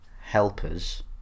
helpers